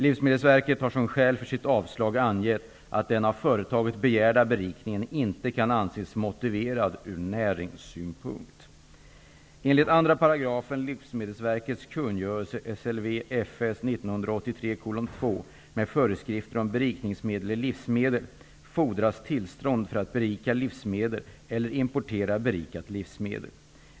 Jag är, som Per Stenmarck säkert väl känner till, förhindrad att här i kammaren diskutera ett sådant enskilt fall, men jag kan lämna generella synpunkter på reglernas utformning. 1983:2) med föreskrifter om berikningsmedel i livsmedel fordras tillstånd för att berika livsmedel eller importera berikat livsmedel.